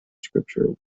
scripture